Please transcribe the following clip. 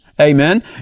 Amen